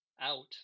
out